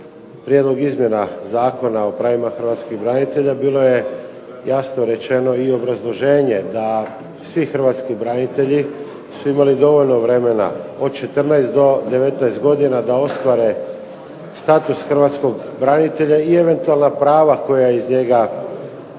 Prijedlog izmjena Zakona o pravima hrvatskih branitelja bilo je jasno rečeno i obrazloženje da svi hrvatski branitelji su imali dovoljno vremena od 14 do 19 godina da ostvare status hrvatskog branitelja i eventualna prava koja iz njega